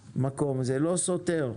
מקום, זה לא סותר.